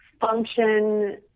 function